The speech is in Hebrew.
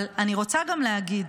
אבל אני רוצה גם להגיד,